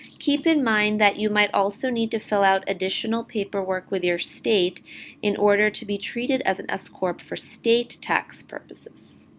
keep in mind that you might also need to fill out additional paperwork with your state in order to be treated as an s-corp for state tax purposes.